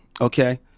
okay